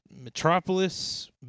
Metropolis